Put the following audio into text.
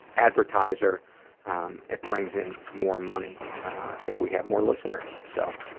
advertiser um it brings in more money if we have more listeners so